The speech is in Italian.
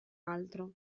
altro